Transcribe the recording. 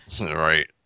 right